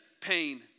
pain